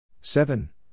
seven